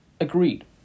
Agreed